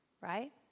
Right